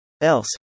Else